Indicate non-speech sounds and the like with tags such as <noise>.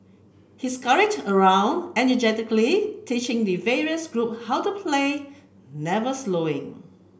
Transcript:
he <unintelligible> around energetically teaching the various group how to play never slowing